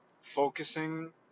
focusing